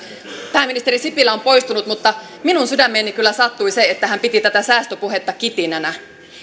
pääministeri sipilä on poistunut mutta minun sydämeeni kyllä sattui se että hän piti tätä säästöpuhetta kitinänä